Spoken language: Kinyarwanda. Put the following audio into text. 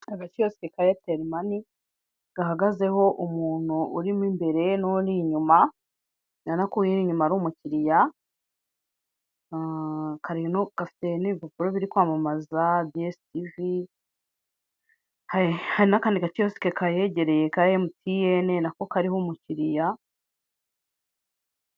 Agakiyosike ka eyateri mani, gahagazeho umuntu urimo imbere n'uri inyuma, ubona ko uri inyuma ari umukiliya, gafite n'ibipapuro biri kwamamaza diyesitivi, hari n'akandi gakiyosike kahegereye ka emutiyene nako kariho umukiliya.